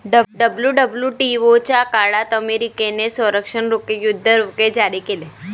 WWTO च्या काळात अमेरिकेने संरक्षण रोखे, युद्ध रोखे जारी केले